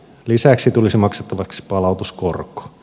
lisäksi tulisi maksettavaksi palautuskorko